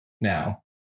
now